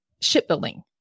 shipbuilding